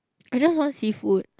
I just want seafood